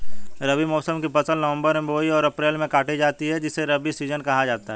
रबी मौसम की फसल नवंबर में बोई और अप्रैल में काटी जाती है जिसे रबी सीजन कहा जाता है